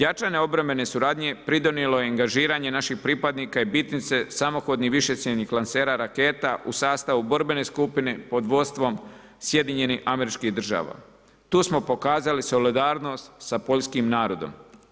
Jačanje obrambene suradnje pridonijelo je angažiranje naših pripadnika i bitnice samohodnih višecijevnih lansera raketa u sastavu borbene skupine pod vodstvom SAD-a. tu smo pokazali solidarnost sa poljskim narodom.